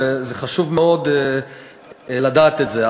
זה חשוב מאוד לדעת את זה.